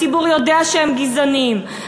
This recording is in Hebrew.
הציבור יודע שהם גזענים,